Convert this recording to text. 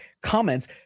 comments